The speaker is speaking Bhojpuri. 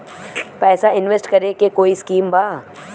पैसा इंवेस्ट करे के कोई स्कीम बा?